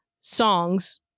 songs